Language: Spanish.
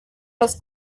los